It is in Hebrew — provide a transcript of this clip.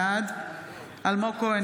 בעד אלמוג כהן,